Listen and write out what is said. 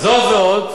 זאת ועוד,